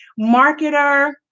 marketer